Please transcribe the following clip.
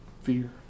fear